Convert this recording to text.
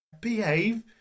behave